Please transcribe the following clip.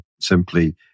simply